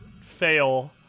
fail